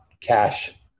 Cash